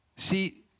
See